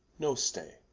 no stay.